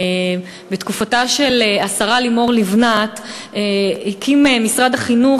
בתקופתה של השרה לימור לבנת הקים משרד החינוך